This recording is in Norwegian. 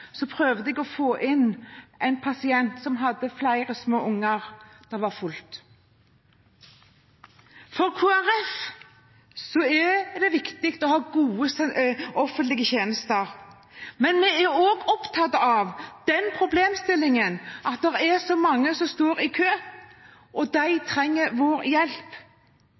å få inn en pasient som hadde flere små barn, det var fullt. For Kristelig Folkeparti er det viktig å ha gode offentlige tjenester, men vi er også opptatt av den problemstillingen at det er så mange som står i kø, som trenger vår hjelp.